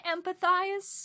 empathize